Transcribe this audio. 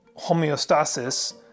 homeostasis